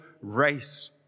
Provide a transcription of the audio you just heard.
race